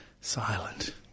silent